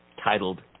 Titled